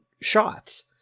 shots